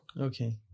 Okay